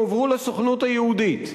הועבר לסוכנות היהודית.